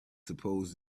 supposed